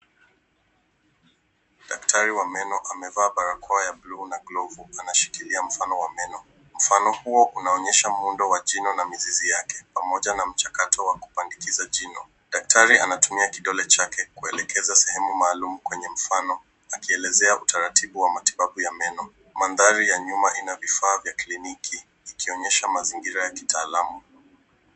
Daktari wa meno amevaa barakoa ya bluu na glovu, anashikilia mfano wa meno. Mfano huo unaonyesha muundo wa jino na mizizi yake, pamoja na mchakato wa kupandikiza jino. Daktari anatumia kidole chake kuelekeza sehemu maalum kwenye mfano, akielezea utaratibu wa matibabu ya meno. Mandhari ya nyuma ina vifaa vya kliniki, ikionyesha mazingira ya kitaalamu.